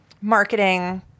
marketing